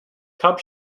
cup